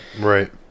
Right